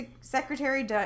Secretary